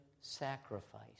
sacrifice